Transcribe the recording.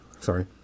Sorry